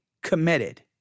committed